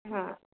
हाँ